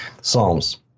psalms